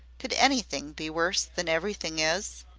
could anything be worse than everything is?